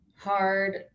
hard